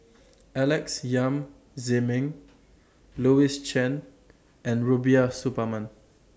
Alex Yam Ziming Louis Chen and Rubiah Suparman